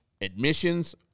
admissions